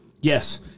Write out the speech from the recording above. Yes